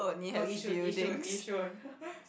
no Yishun Yishun Yishun